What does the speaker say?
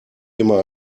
immer